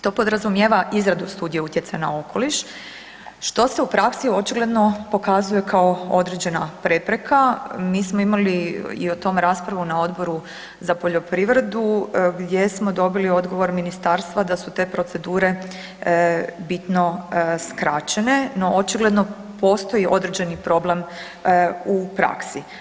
To podrazumijeva izradu studije utjecaja na okoliš, što se u praksi očigledno pokazuje kao određena prepreka, mi smo imali i o tom raspravu na Odboru za poljoprivredu gdje smo dobili odgovor Ministarstva da su te procedure bitno skraćene, no očigledno postoji određeni problem u praksi.